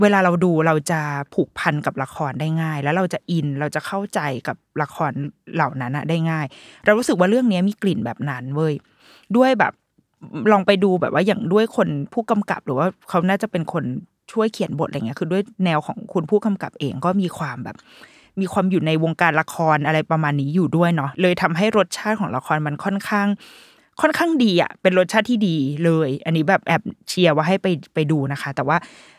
เวลาเราดูเราจะผูกพันกับละครได้ง่าย แล้วเราจะอินเราจะเข้าใจกับละครเหล่านั้นน่ะได้ง่าย เรารู้สึกว่าเรื่องนี้มีกลิ่นแบบนั้นเว้ย ด้วยแบบลองไปดูแบบว่าอย่างด้วยคนผู้กำกับหรือว่าเขาน่าจะเป็นคนช่วยเขียนบทอะไรอย่างเงี้ย คือด้วยแนวของคุณผู้กำกับเองก็มีความแบบมีความอยู่ในวงการละครอะไรประมาณนี้อยู่ด้วยเนาะ เลยทำให้รสชาติของละครมันค่อนข้างค่อนข้างดีอะ เป็นรสชาติที่ดีเลย อันนี้แบบแอบเชียร์ว่าให้ไปไปดูนะคะ แต่ว่า